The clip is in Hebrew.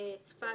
צפת,